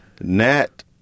Nat